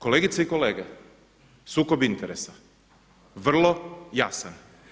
Kolegice i kolege, sukob interesa vrlo jasan.